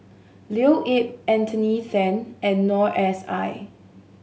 Leo Yip Anthony Then and Noor S I